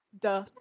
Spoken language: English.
duh